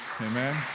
amen